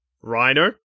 Rhino